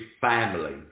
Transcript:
family